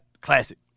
Classic